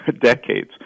decades